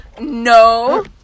no